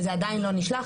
וזה עדיין לא נשלח.